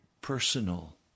personal